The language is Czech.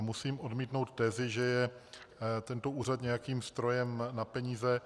Musím odmítnout tezi, že je tento úřad nějakým strojem na peníze.